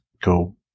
go